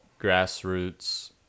grassroots